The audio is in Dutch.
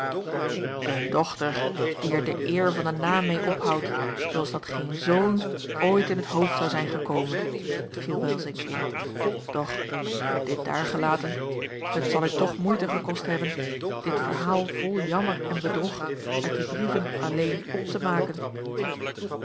eene dochter die er de eer van den naam mee ophoudt zooals dat geen zoon ooit in het hoofd zou zijn gekomen viel welsink in doch dit daargelaten het zal u toch moeite gekost hebben dit verhaal vol jammer en bedrog uit die brieven alleen op te maken